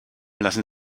lassen